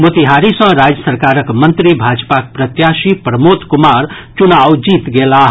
मोतिहारी सॅ राज्य सरकारक मंत्री भाजपाक प्रत्याशी प्रमोद कुमार चुनाव जीत गेलाह